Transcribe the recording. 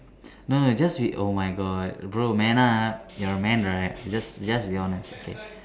no no just be oh my God bro man up you are a man right just just be honest okay